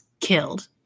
killed